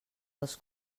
dels